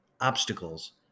obstacles